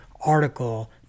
article